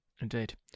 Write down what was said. Indeed